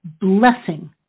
blessing